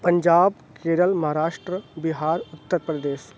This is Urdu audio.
پنجاب کیرل مہاراشٹر بہار اتّر پردیش